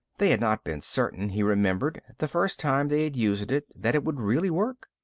they had not been certain, he remembered, the first time they had used it, that it would really work.